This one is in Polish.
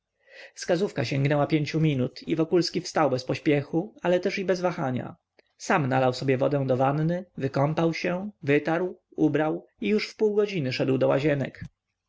skazówka dosięgła pięciu minut i wokulski wstał bez pośpiechu ale też i bez wahania sam nalał sobie wodę do wanny wykąpał się wytarł ubrał i już w pół godziny szedł do łazienek